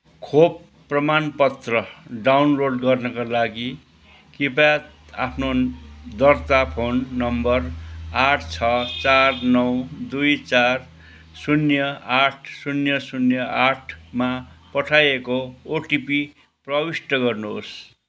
खोप प्रमाण पत्र डाउनलोड गर्नका लागि कृपया आफ्नो दर्ता फोन नम्बर आठ छ चार नौ दुई चार शून्य आठ शून्य शून्य आठमा पठाएको ओटिपी प्रविष्ठ गर्नुहोस्